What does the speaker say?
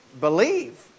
Believe